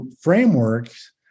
frameworks